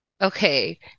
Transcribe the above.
Okay